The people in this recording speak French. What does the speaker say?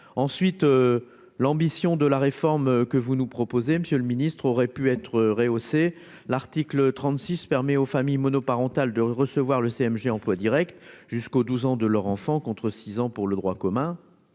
ensuite l'ambition de la réforme que vous nous proposez monsieur le ministre aurait pu être rehaussé l'article 36 permet aux familles monoparentales, de recevoir le CMG emplois Directs jusqu'au 12 ans de leur enfant, contre 6 ans pour le droit commun,